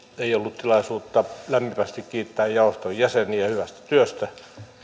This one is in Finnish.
ei ollut tilaisuutta lämpimästi kiittää jaoston jäseniä hyvästä työstä